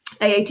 AAT